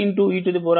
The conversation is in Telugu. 4